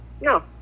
No